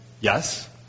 yes